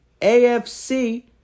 AFC